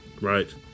right